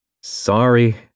Sorry